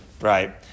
right